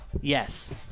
yes